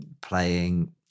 playing